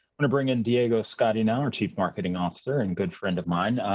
want to bring in diego scotti now, our chief marketing officer and good friend of mine.